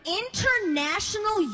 international